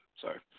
Sorry